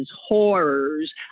horrors